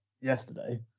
yesterday